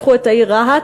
לקחו את העיר רהט,